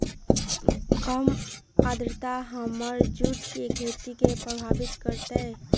कम आद्रता हमर जुट के खेती के प्रभावित कारतै?